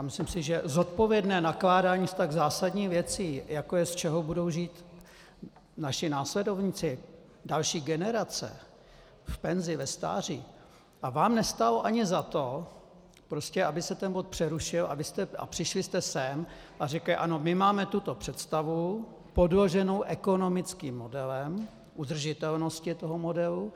Myslím si, že zodpovědné nakládání s tak zásadní věcí, jako je, z čeho budou žít naši následovníci, další generace v penzi, ve stáří, vám nestálo ani za to, aby se bod přerušil a přišli jste sem a řekli: ano, my máme tuto představu podloženou ekonomickým modelem, udržitelnosti modelu.